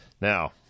now